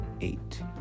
eight